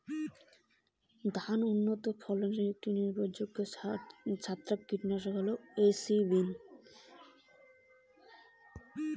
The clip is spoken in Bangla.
ধান উন্নত ফলনে একটি নির্ভরযোগ্য ছত্রাকনাশক এর নাম কি?